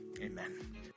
Amen